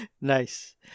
Nice